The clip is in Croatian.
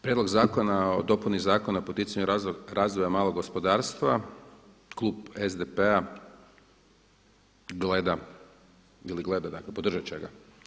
Prijedlog zakona o dopuni Zakona o poticanju razvoja malog gospodarstva klub SDP-a gleda, dakle podržat će ga.